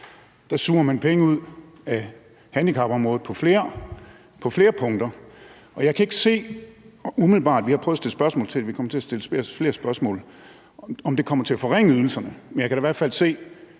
suger penge ud af handicapområdet på flere punkter. Jeg kan ikke umiddelbart se – vi har prøvet at stille spørgsmål til det, og vi kommer til at stille flere spørgsmål – om det kommer til at forringe ydelserne, men jeg kan da i hvert fald se,